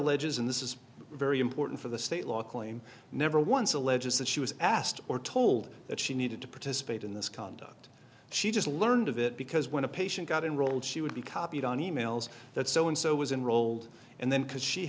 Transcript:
alleges and this is very important for the state law claim never once alleges that she was asked or told that she needed to participate in this conduct she just learned of it because when a patient got in rolled she would be copied on e mails that so and so was enrolled and then because she